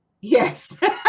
Yes